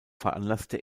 veranlasste